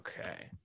okay